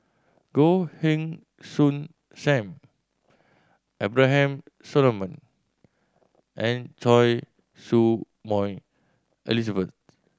Goh Heng Soon Sam Abraham Solomon and Choy Su Moi Elizabeth